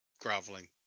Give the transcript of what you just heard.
groveling